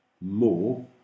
more